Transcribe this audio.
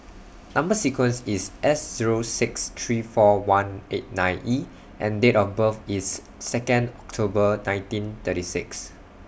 Number sequence IS S Zero six three four one eight nine E and Date of birth IS Second October nineteen thirty six